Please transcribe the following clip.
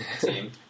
team